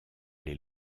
les